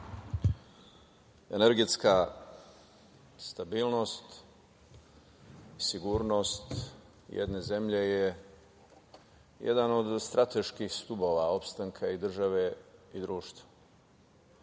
energetska stabilnost i sigurnost jedne zemlje je jedan od strateških stubova opstanka i države i društva. Zato